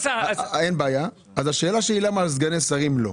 אין בעיה, אז השאלה שלי למה על סגני שרים לא?